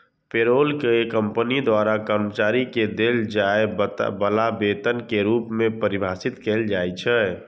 payroll कें company द्वारा कर्मचारी कें देल जाय बला वेतन के रूप मे परिभाषित कैल जाइ छै